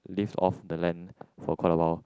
live off the land for quite a while